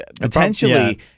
potentially